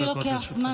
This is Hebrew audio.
אדוני היושב-ראש,